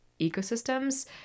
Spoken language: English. ecosystems